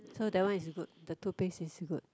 so that one is good the toothpaste is good